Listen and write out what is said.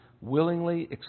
willingly